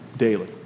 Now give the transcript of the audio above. daily